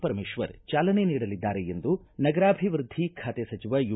ಪರಮೇಶ್ವರ್ ಚಾಲನೆ ನೀಡಲಿದ್ದಾರೆ ಎಂದು ನಗರಾಭಿವೃದ್ಧಿ ಖಾತೆ ಸಚಿವ ಯು